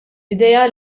idea